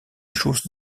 chose